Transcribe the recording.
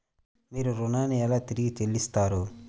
మీరు ఋణాన్ని ఎలా తిరిగి చెల్లిస్తారు?